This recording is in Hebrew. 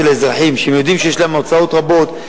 דילמה של אזרחים שיודעים שיש להם הוצאות רבות,